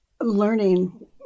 learning